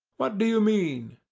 what do you mean?